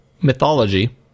mythology